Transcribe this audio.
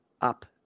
up